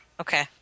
Okay